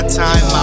time